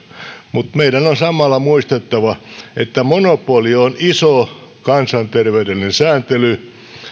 mutta meidän on samalla muistettava että monopoli on iso kansanterveydellinen sääntely